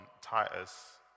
Titus